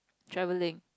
travelling